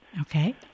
Okay